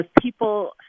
people